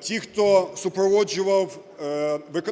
Ті, хто супроводжував